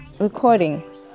recording